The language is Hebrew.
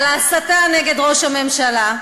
ההסתה נגד ראש הממשלה.